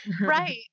Right